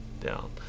down